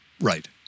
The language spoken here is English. Right